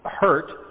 hurt